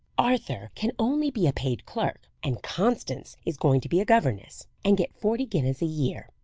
arthur can only be a paid clerk, and constance is going to be a governess and get forty guineas a year,